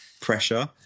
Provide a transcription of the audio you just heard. pressure